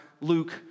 Luke